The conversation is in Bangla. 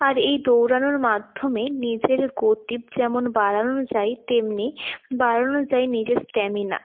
আর এই দৌড়ানোর মাধ্যমে নিজের গতি যেমন বাড়ানো যায় তেমনি বাড়ানো যায় নিজের স্ট্যামিনা